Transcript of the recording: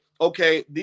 okay